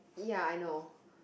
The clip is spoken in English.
ya I know